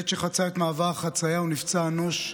בעת שחצה את מעבר החציה הוא נפצע אנוש,